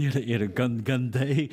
ir ir gan gandai